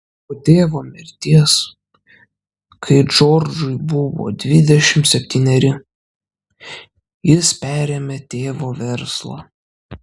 po tėvo mirties kai džordžui buvo dvidešimt septyneri jis perėmė tėvo verslą